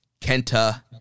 Kenta